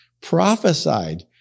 prophesied